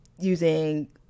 using